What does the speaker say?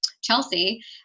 Chelsea